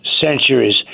centuries